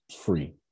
free